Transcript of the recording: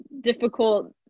difficult